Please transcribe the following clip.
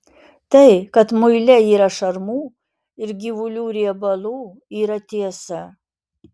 tai kad muile yra šarmų ir gyvulių riebalų yra tiesa